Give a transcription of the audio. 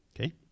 Okay